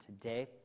today